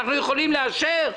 אנחנו יכולים לאשר,